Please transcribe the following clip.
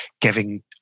giving